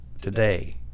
Today